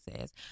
says